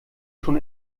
schon